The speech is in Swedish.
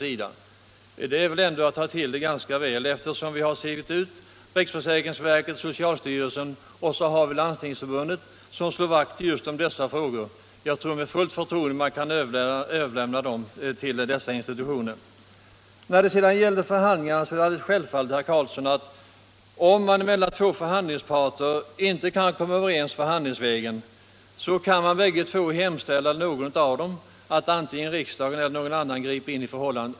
Det är väl Nr 32 ändå att ta till ganska kraftigt, eftersom vi har utsett riksförsäkrings Tisdagen den verket, socialstyrelsen och Landstingsförbundet att slå vakt om dessa 2 december 1975 frågor. Jag tror att man med fullt förtroende kan överlämna dem till dessa organ. Rätt för offentligt Vad vidare beträffar förhandlingarna är det självklart, herr Carlsson, — anställd läkare med att om två parter inte kan komma överens förhandlingsvägen, kan den = privatpraktik att ena parten eller bägge anhålla om att riksdagen eller någon annan skall — ansluta sig till ingripa.